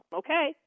okay